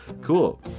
Cool